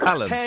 Alan